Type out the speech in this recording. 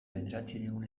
bederatziehun